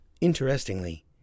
Interestingly